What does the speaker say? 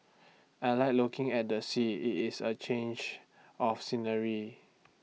I Like looking at the sea IT is A change of scenery